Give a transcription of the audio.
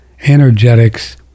energetics